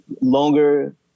longer